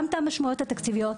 וגם את המשמעויות התקציביות.